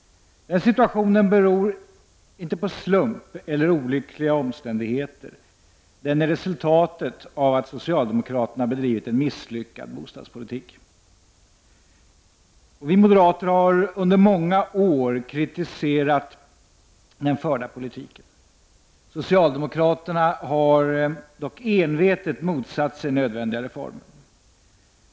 Denna situation beror inte på slumpen eller olyckliga omständigheter. Den är resultatet av att socialdemokraterna bedrivit en misslyckad bostadspolitik. Vi moderater har under många år kritiserat den förda politiken. Socialdemokraterna har dock envetet motsatt sig nödvändiga reformer.